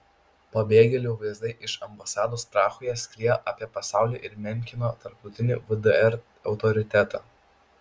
pabėgėlių vaizdai iš ambasados prahoje skriejo apie pasaulį ir menkino tarptautinį vdr autoritetą